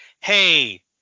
hey